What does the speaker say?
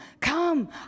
come